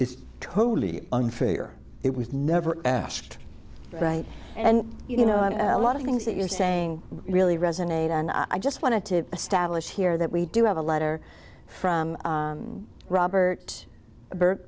is totally unfair it was never asked right and you know a lot of things that you're saying really resonate and i just wanted to establish here that we do have a letter from robert b